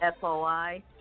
FOI